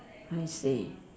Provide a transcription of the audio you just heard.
I see